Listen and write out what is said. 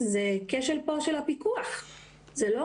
פשוט כדי שנבין את תמונת המצב,